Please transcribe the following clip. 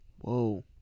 Whoa